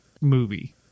movie